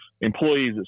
employees